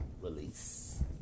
Release